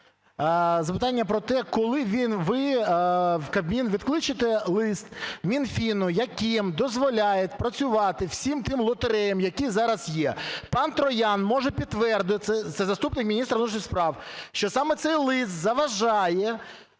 запитання про те, коли ви в Кабмін відкличете лист Мінфіну, яким дозволяють працювати всім тим лотереям, які зараз є. Пан Троян може підтвердити (це заступник міністра внутрішніх справ), що саме цей лист заважає